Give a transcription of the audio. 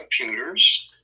computers